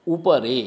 उपरि